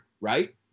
right